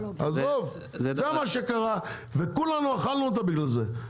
זה מה שקרה וכולנו אכלנו אותה בגלל זה,